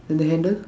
then the handle